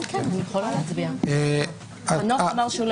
אני יכולה להצביע במקום חנוך?